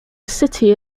city